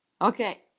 Okay